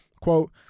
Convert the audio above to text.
Quote